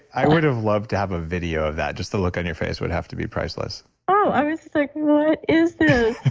i would have loved to have a video of that. just the look on your face would have to be priceless oh, i was like, what is this?